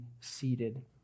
seated